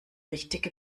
richtige